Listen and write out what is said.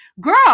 Girl